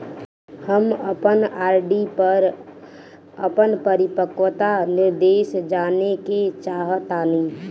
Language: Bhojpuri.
हम अपन आर.डी पर अपन परिपक्वता निर्देश जानेके चाहतानी